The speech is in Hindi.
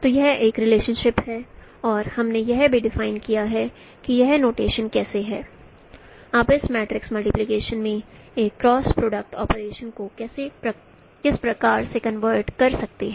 तो यह एक रिलेशनशिप है और हमने यह भी डिफाइन किया है कि यह नोटेशन कैसे है आप इस मैट्रिक्स मल्टीप्लिकेशन में एक क्रॉस प्रोडक्ट ऑपरेशंन को किस प्रकार से कन्वर्ट कर सकते हैं